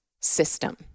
system